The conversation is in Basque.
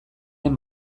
den